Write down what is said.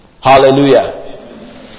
Hallelujah